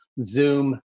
Zoom